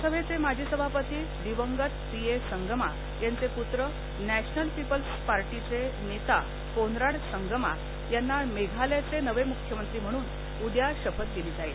लोकसभेचे माजी सभापति दिवंगत पीए संगमा यांचे पुत्र नॅशनल पिपल्स पार्टीचे नेता कोनराड संगमा यांना मेघालयचे नवे मुख्यमंत्री म्हणून उद्या शपथ दिली जाईल